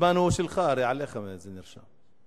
אדוני השר,